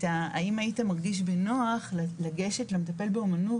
האם היית מרגיש בנוח לגשת למטפל באומנות